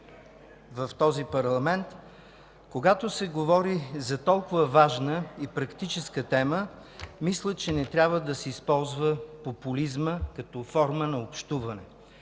в този парламент, когато се говори за толкова важна и практическа тема, мисля, че не трябва популизмът да се използва като форма на общуване.